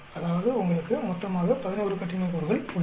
அதாவது உங்களுக்கு மொத்தமாக 11 கட்டின்மை கூறுகள் உள்ளன